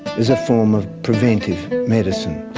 as a form of preventive medicine.